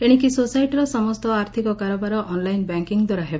ଏଶିକି ସୋସାଇଟିର ସମ୍ଠ ଆର୍ଥିକ କାରବାର ଅନ୍ଲାଇନ୍ ବ୍ୟାଙ୍କିଂ ଦ୍ୱାରା ହେବ